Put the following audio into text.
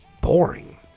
boring